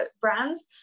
brands